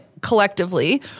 collectively